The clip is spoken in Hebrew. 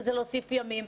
וזה להוסיף ימים.